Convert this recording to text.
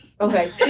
Okay